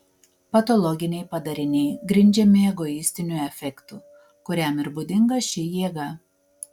patologiniai padariniai grindžiami egoistiniu afektu kuriam ir būdinga ši jėga